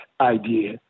idea